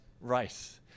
race